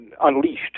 unleashed